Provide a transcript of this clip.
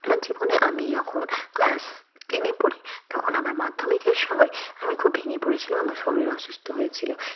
আমার জীবনে আমি যখন ক্লাস টেনে পড়ি তখন আমার মাধ্যমিকের সময় আমি খুব ভেঙে পড়েছিলাম আমার শরীর অসুস্থ হয়েছিল